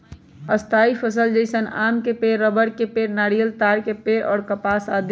स्थायी फसल जैसन आम के पेड़, रबड़ के पेड़, नारियल, ताड़ के पेड़ और कपास आदि